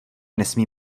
nesmí